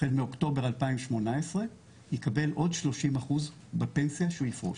החל מאוקטובר ,2018 יקבל עוד 30% בפנסיה כשהוא יפרוש.